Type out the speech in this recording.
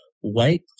white